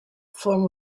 form